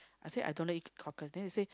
I say I don't like eat cockle then they say